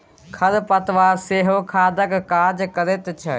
खर पतवार सेहो खादक काज करैत छै